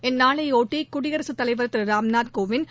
இந்நாளைபொட்டி குடியரசுத் தலைவர் திரு ராம்நாத் கோவிந்த்